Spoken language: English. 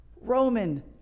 Roman